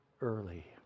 early